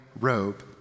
robe